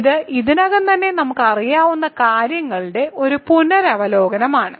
ഇത് ഇതിനകം തന്നെ നമുക്കറിയാവുന്ന കാര്യങ്ങളുടെ പുനരവലോകനവുമാണ്